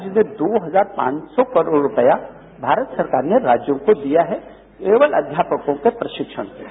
जिसमें दो हजार पांच सौ करोड रुपया भारत सरकार ने राज्यों को दिया है केवल अध्यापकों को प्रशिक्षण के लिए